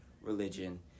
religion